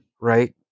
Right